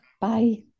Bye